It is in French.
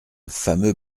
fameux